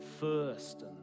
first